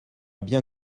bien